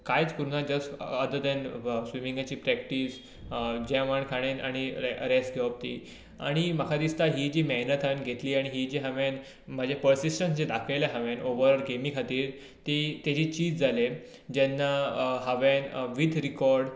कांयच करूं ना जस्ट अदर देन स्वमिगेंचे प्रॅक्टीस जेवण खाणें आनी रेस्ट घेवप ती आनी म्हाका दिसता ही जी मेहनत हांंवें घेतली आनी ही जी हांवें म्हजे परसिसटंट जे दाखयले हांवें ओवरऑल गॅमी खातीर ती तेजे चीज जालें जेन्ना हांवें वीत रिकोर्ड